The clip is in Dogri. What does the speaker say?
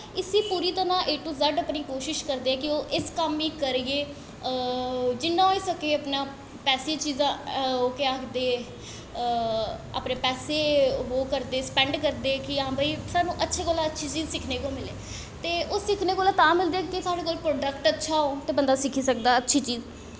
इस्सी पूरी तरह ए टू ज़ैड्ड अपनी कोशश करदे कि ओह् इस कम्म गी करियै जिन्ना होई सकै अपना एह् चीजां केह् आखदे अपने पैसे ओह् करदे स्पैंड करदे कि हां भाई सानूं अच्छी कोला दा अच्छी चीज सिक्खने गी मिलै ते ओह् सिक्खने गी तां मिलदी ऐ जेकर साढ़े कोल प्रोडक्ट अच्छे होन ते बंदा सिक्खी सकदा ऐ अच्छी चीज